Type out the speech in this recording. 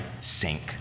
sink